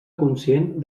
conscient